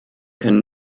können